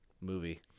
movie –